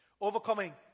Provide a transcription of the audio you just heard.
overcoming